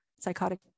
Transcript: Psychotic